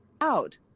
out